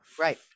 Right